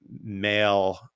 male